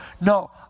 No